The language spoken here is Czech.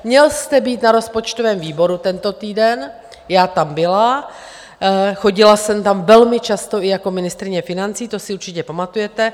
Měl jste být na rozpočtovém výboru tento týden, já tam byla, chodila jsem tam velmi často i jako ministryně financí, to si určitě pamatujete.